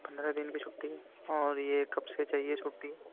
پندرہ دن کی چھٹی اور یہ کب سے چاہیے چھٹی